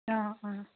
অঁ অঁ